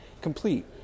complete